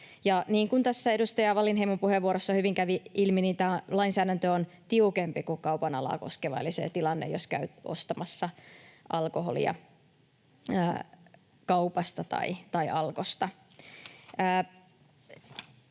tässä edustaja Wallinheimon puheenvuorossa hyvin kävi ilmi, tämä lainsäädäntö on tiukempi kuin kaupan alaa koskeva eli sitä tilannetta koskeva, jos käy ostamassa alkoholia kaupasta tai Alkosta.